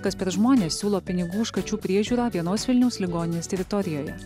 kas per žmonės siūlo pinigų už kačių priežiūrą vienos vilniaus ligoninės teritorijoje